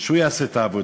שהוא יעשה את העבודה.